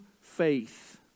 faith